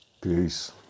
Peace